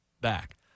back